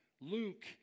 Luke